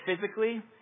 physically